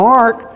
Mark